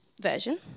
version